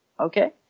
okay